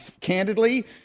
candidly